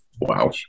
Wow